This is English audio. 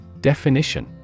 Definition